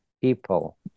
people